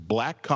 Black